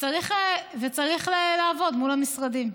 וצריך לעבוד מול המשרדים.